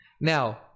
Now